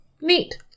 Neat